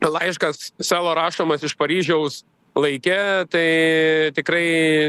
laiškas savo rašomas iš paryžiaus laike tai tikrai